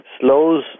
slows